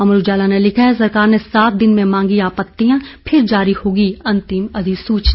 अमर उजाला ने लिखा है सरकार ने सात दिन में मांगी आपत्तियां फिर जारी होंगी अंतिम अधिसूचना